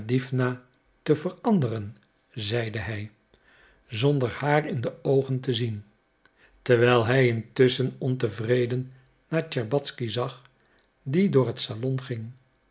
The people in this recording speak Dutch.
te veranderen zeide hij zonder haar in de oogen te zien terwijl hij intusschen ontevreden naar tscherbatzky zag die door het salon ging